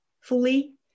fully